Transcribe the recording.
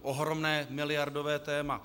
Ohromné miliardové téma.